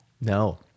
No